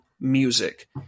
music